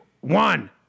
One